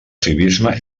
civisme